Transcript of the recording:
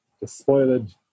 despoiled